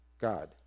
God